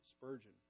Spurgeon